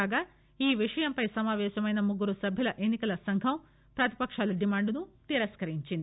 కాగా ఈ విషయంపై సమావేశమైన ముగ్గురు సభ్యుల ఎన్ని కల సంఘం ప్రతిపకాల డిమాండును తిరస్కరించింది